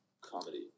comedy